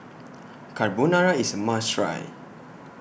Carbonara IS A must Try